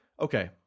Okay